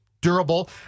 durable